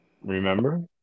remember